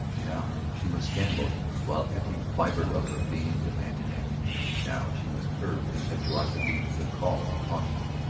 now she must stand motionless while every fibre of her being demanded action now she must curb impetuosity to the call of caution.